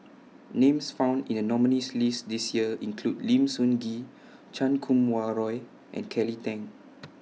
Names found in The nominees' list This Year include Lim Sun Gee Chan Kum Wah Roy and Kelly Tang